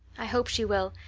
i hope she will,